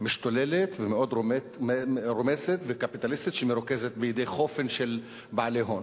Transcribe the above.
משתוללת ומאוד רומסת וקפיטליסטית שמרוכזת בידי קומץ של בעלי הון,